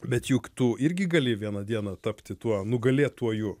bet juk tu irgi gali vieną dieną tapti tuo nugalėtuoju